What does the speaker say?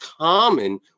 common